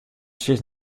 sis